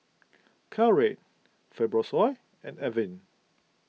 Caltrate Fibrosol and Avene